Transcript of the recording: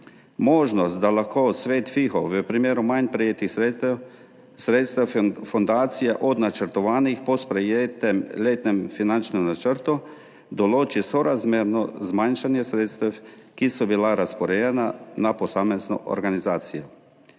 Možnost, da lahko Svet FIHO v primeru manj prejetih sredstev fundacije od načrtovanih po sprejetem letnem finančnem načrtu določi sorazmerno zmanjšanje sredstev, ki so bila razporejena na posamezno organizacije.